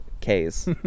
k's